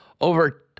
over